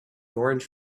orange